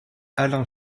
alain